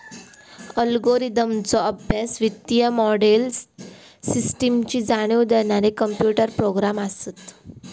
अल्गोरिदमचो अभ्यास, वित्तीय मोडेल, सिस्टमची जाणीव देणारे कॉम्प्युटर प्रोग्रॅम असत